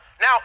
now